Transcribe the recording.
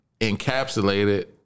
encapsulated